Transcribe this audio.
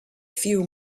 few